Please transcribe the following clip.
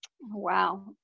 Wow